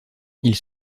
ils